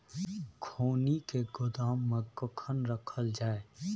खैनी के गोदाम में कखन रखल जाय?